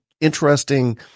interesting –